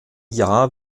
jahr